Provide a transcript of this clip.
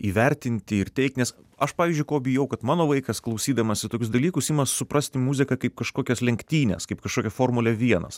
įvertinti ir teigt nes aš pavyzdžiui ko bijau kad mano vaikas klausydamasi tokius dalykus ima suprasti muziką kaip kažkokias lenktynes kaip kažkokią formulę vienas